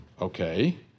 Okay